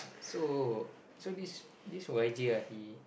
so this Y J ah he